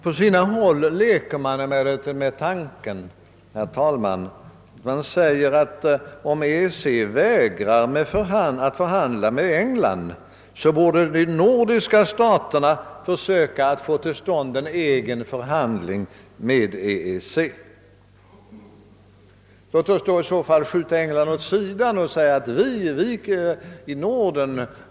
På sina håll leker man emellertid med tanken att de nordiska staterna, om EEC vägrar förhandla med England, borde försöka få till stånd egna förhandlingar med EEC om vårt inträde separat.